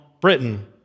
Britain